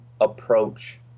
approach